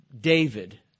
David